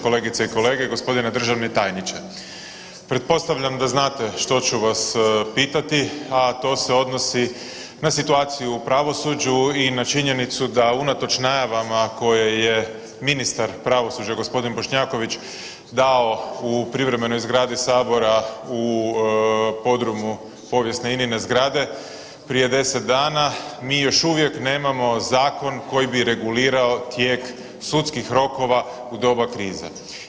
Kolegice i kolege, gospodine državni tajniče, pretpostavljam da znate što ću vas pitati, a to se odnosi na situaciju u pravosuđu i na činjenicu da unatoč najavama koje je ministar pravosuđa gospodin Bošnjaković dao u privremenoj zgradi sabora u podrumu povijesne ININE zgrade prije 10 dana mi još uvijek nemamo zakon koji bi regulirao tijek sudskih rokova u doba krize.